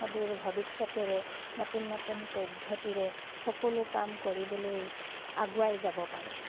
সদূৰ ভৱিষ্যতেৰে নতুন নতুন পদ্ধতিৰে সকলো কাম কৰিবলৈ আগুৱাই যাব পাৰে